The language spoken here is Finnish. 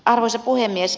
arvoisa puhemies